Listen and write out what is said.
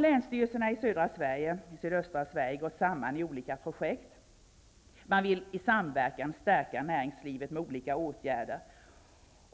Länsstyrelserna i sydöstra Sverige har nu gått samman i olika projekt för att på olika sätt i samverkan stärka näringslivet med olika åtgärder.